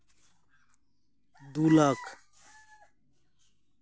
ᱫᱩ ᱞᱟᱠᱷ